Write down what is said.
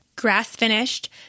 grass-finished